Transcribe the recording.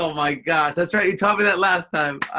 ah my gosh. that's right. you taught me that last time.